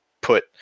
put